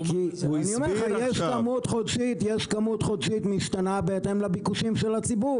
יש כמות חודשית משתנה בהתאם לביקושים של הציבור,